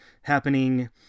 happening